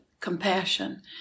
compassion